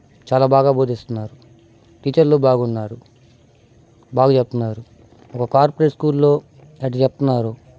చాలా బాగా బోధిస్తున్నారు టీచర్లు బాగున్నారు బాగా చెప్తున్నారు బాగా చెప్తున్నారు ఇంక కార్పోరేట్ స్కూళ్ళో ఎలా చెప్తున్నారో